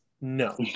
No